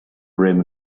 brim